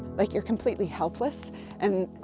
like you're completely helpless and,